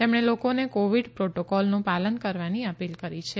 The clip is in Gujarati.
તેમણે લોકોને કોવિડ પ્રોટોકોલનું પાલન કરવાની અપીલ કરી છે